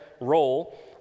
role